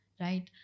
right